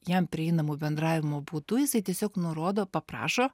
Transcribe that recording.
jam prieinamu bendravimo būdu jisai tiesiog nurodo paprašo